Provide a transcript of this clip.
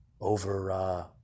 over